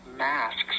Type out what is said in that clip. masks